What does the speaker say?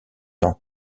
ans